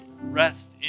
rest